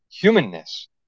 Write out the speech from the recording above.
humanness